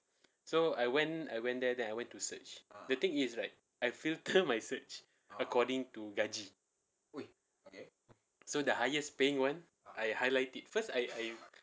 so I went I went there then I went to search the thing is right I filter my search according to gaji so the highest paying one I highlight it first I I